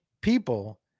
people